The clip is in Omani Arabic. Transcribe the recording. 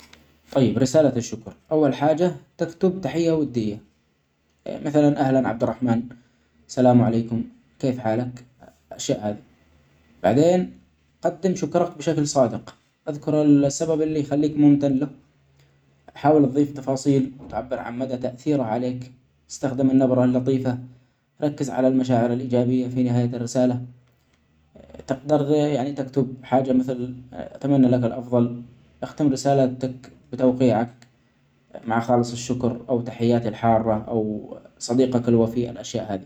طيب رسالة الشكر أول حاجة تكتب تحية ودية مثلا أهلا عبد الرحمن ، سلام عليكم ، كيف حالك، أشياء هادي. بعدين قدم شكرك بشكل صادق ،أذكر السبب اللي يخليك ممتن له ،حاول تظيف تفاصيل تعبر عن مدي تأثيره عليك ،أستخدم النبره اللطيفة ،ركز علي المشاعر الإيجابية في نهاية الرسالة ، تكت-يعني تكتب حاجه مثل اتمني لك الأفظل أختم رسالتك بتوقيعك مع خالص الشكر أو تحياتي الحارة أو صديقك الوفي الأشياء هاديلا.